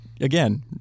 again